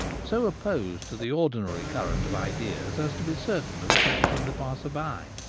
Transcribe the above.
so opposed to the ordinary current of ideas as to be certain of attracting the passer-by.